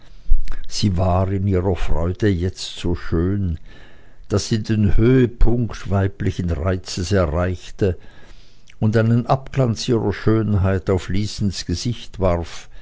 sie war in ihrer freude jetzt so schön daß sie den höhepunkt weiblichen reizes erreichte und einen abglanz ihrer schönheit auf lysens gesicht warf